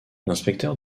l’inspecteur